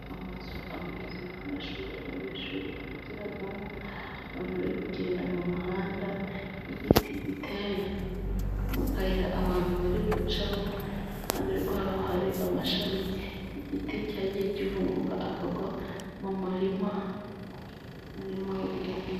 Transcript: Amazu ameze nk'amashuri abanyeshuri bigiramo, abantu bari kugenda mu muhanda, igiti giteye mu kayira abantu bari gucamo, iruhande rwaho hari amashami y'igiti cyagiye gihunguka akagwa mu murima, umurima wo guhinga.